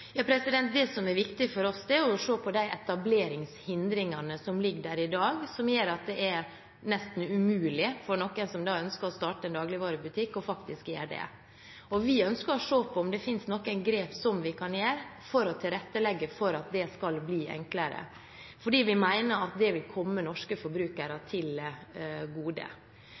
som er viktig for oss, er å se på de etableringshindringene som ligger der i dag, som gjør at det er nesten umulig for noen som ønsker å starte en dagligvarebutikk, å faktisk gjøre det. Vi ønsker å se på om det finnes noen grep vi kan gjøre for å tilrettelegge for at det skal bli enklere, fordi vi mener at det vil komme norske forbrukere